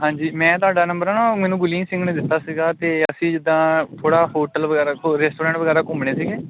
ਹਾਂਜੀ ਮੈਂ ਤੁਹਾਡਾ ਨੰਬਰ ਹੈ ਨਾ ਮੈਨੂੰ ਗੁਰਲੀਨ ਸਿੰਘ ਨੇ ਦਿੱਤਾ ਸੀਗਾ ਅਤੇ ਅਸੀਂ ਜਿੱਦਾਂ ਥੋੜ੍ਹਾ ਹੋਟਲ ਵਗੈਰਾ ਹੋਰ ਰੈਸਟੋਰੈਂਟ ਵਗੈਰਾ ਘੁੰਮਣੇ ਸੀਗੇ